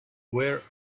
where